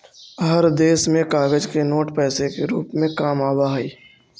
हर देश में कागज के नोट पैसे से रूप में काम आवा हई